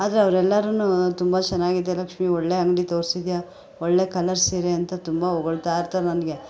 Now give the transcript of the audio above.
ಆದರೆ ಅವ್ರು ಎಲ್ಲರೂ ತುಂಬ ಚನ್ನಾಗಿದೆ ಲಕ್ಷ್ಮೀ ಒಳ್ಳೆ ಅಂಗಡಿ ತೋರಿಸಿದ್ಯಾ ಒಳ್ಳೆ ಕಲರ್ ಸೀರೆ ಅಂತ ತುಂಬ ಹೊಗಳ್ತಾ ಇರ್ತಾರೆ ನನಗೆ